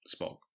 Spock